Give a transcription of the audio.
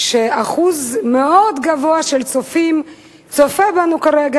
שאחוז מאוד גבוה של צופים צופה בנו כרגע,